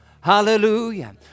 hallelujah